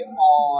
on